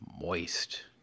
moist